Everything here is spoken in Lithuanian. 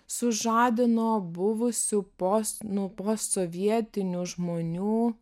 sužadino buvusių post nu sovietinių žmonių